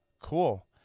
cool